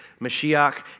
Mashiach